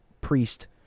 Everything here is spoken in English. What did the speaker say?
priest